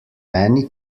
many